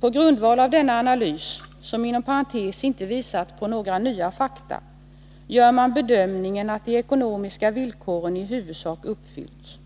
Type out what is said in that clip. På grundval av denna analys — som inom parentes inte visat några nya fakta alls — gör man bedömningen att de ekonomiska villkoren i huvudsak uppfyllts.